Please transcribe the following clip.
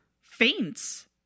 faints